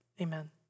amen